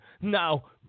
now